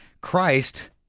Christ